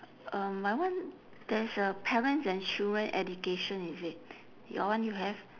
um my one there's a parents and children education is it your one you have